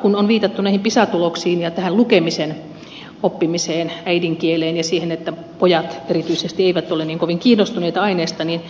kun on viitattu näihin pisa tuloksiin ja lukemisen oppimiseen äidinkieleen ja siihen että pojat erityisesti eivät ole niin kovin kiinnostuneita aineesta niin